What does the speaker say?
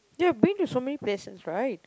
you have been to so many places right